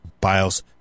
BIOS